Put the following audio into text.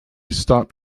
stop